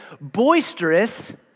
boisterous